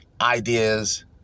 ideas